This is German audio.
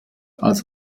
als